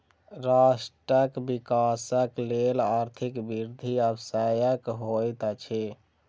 राष्ट्रक विकासक लेल आर्थिक वृद्धि आवश्यक होइत अछि